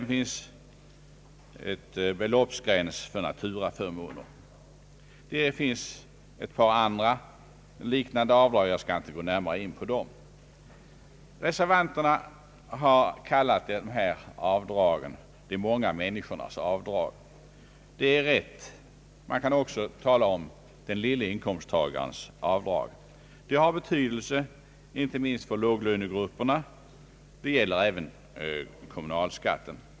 Det finns även en beloppsgräns för naturaförmåner samt ett par andra liknande avdrag som jag här inte skall gå närmare in på. Reservanterna kallar dessa avdrag för »de många människornas avdrag», vilket är rätt. Man kan också tala om den lille inkomsttagarens avdrag. Dessa avdrag har betydelse inte minst för låglönegrupperna. Detta gäller även beträffande kommunalskatten.